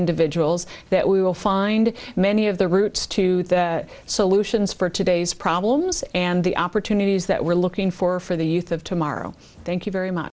individuals that we will find many of the roots to that so lucian's for today's problems and the opportunities that we're looking for for the youth of tomorrow thank you very much